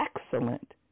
excellent